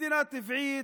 מדינה טבעית,